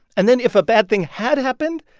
and then if a bad thing had happened,